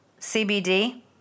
CBD